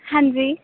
ਹਾਂਜੀ